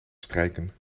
strijken